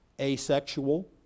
Asexual